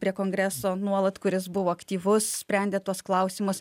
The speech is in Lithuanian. prie kongreso nuolat kuris buvo aktyvus sprendė tuos klausimus